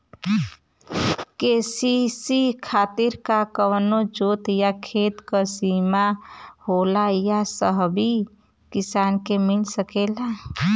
KCC खातिर का कवनो जोत या खेत क सिमा होला या सबही किसान के मिल सकेला?